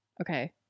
Okay